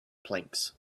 planks